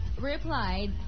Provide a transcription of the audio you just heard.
replied